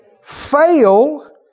Fail